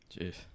jeez